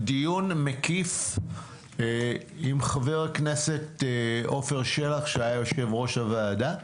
דיון מקיף עם חבר הכנסת עופר שלח שהיה יושב-ראש הוועדה.